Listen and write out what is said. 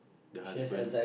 the husband